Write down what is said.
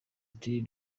ati